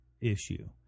issue